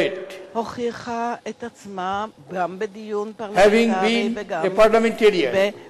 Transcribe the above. הוכיחה את עצמה גם בדיון פרלמנטרי וגם בוויכוחים.